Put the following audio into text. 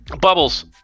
Bubbles